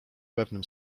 pewnym